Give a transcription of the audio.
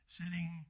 sitting